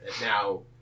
now